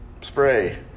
spray